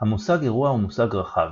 המושג אירוע הוא מושג רחב,